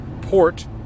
port